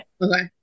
Okay